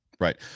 Right